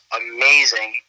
amazing